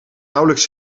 nauwelijks